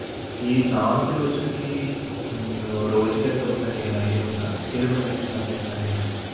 ఈ నాలుగు రోజులకి రోజుకెంతవుద్దండి ఏమైనా ఐడియా ఉందా కిలోమీటర్ లెక్క ఛార్జ్ చేస్తారు మీరు